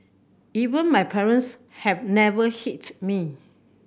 even my parents have never hit me